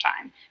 time